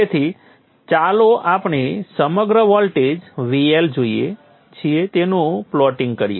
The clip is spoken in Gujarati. તેથી ચાલો આપણે સમગ્ર વોલ્ટેજ VL જોઈએ છીએ તેનું પ્લોટિંગ કરીએ